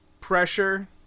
pressure